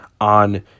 on